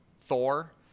Thor